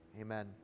amen